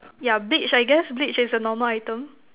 yeah bleach I guess bleach is a normal item